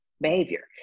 behavior